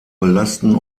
belasten